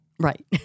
Right